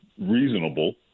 reasonable